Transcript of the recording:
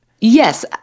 Yes